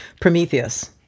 Prometheus